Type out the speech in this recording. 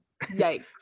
Yikes